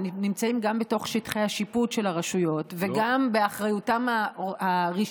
הם נמצאים גם בתוך שטחי השיפוט של הרשויות וגם באחריותן הרשמית,